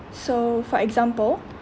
so for example